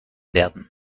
werden